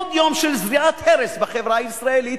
לעוד יום של זריעת הרס בחברה הישראלית.